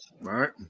right